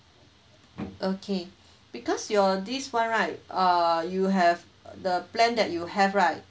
okay because your this one right uh you have the plan that you have right